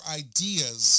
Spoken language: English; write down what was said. ideas